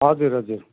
हजुर हजुर